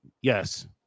Yes